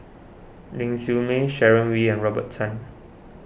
Ling Siew May Sharon Wee and Robert Tan